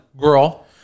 girl